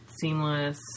seamless